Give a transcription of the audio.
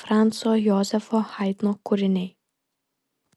franco jozefo haidno kūriniai